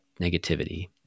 negativity